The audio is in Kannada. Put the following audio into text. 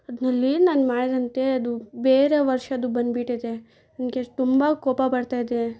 ಅದ್ರಲ್ಲಿ ನಾನು ಮಾಡಿದಂತೆ ಅದು ಬೇರೆ ವರ್ಷದ್ದು ಬಂದ್ಬಿಟ್ಟಿದೆ ನನಗೆ ತುಂಬ ಕೋಪ ಬರ್ತಾ ಇದೆ